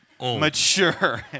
mature